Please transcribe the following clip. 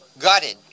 gutted